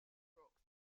brooks